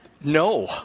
No